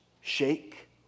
shake